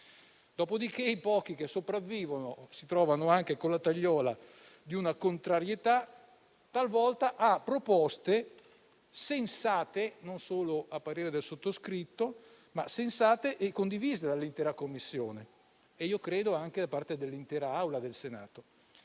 Dopodiché, i pochi che sopravvivono si trovano anche di fronte alla tagliola della contrarietà, talvolta su proposte sensate, non solo a parere del sottoscritto, e condivise dall'intera Commissione e credo anche dall'intera Assemblea del Senato.